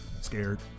scared